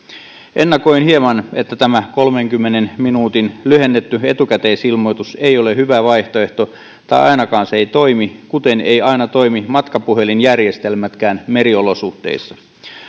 ennakoin hieman että tämä kolmenkymmenen minuutin lyhennetty etukäteisilmoitus ei ole hyvä vaihtoehto tai ainakaan se ei toimi kuten eivät aina toimi matkapuhelinjärjestelmätkään meriolosuhteissa